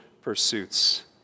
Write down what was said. pursuits